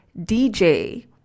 DJ